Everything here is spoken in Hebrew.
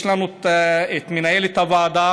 יש לנו את מנהלת הוועדה,